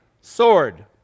sword